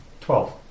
Twelve